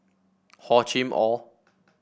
Hor Chim Or